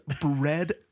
bread